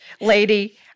lady